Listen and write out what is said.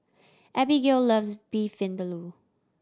Abbigail loves Beef Vindaloo